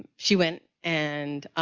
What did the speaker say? she went and